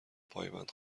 پایبند